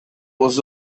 was